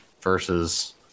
versus